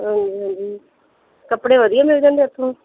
ਹਾਂਜੀ ਹਾਂਜੀ ਕੱਪੜੇ ਵਧੀਆ ਮਿਲ ਜਾਂਦੇ ਉੱਥੋਂ